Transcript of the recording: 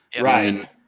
Right